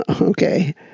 okay